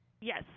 Yes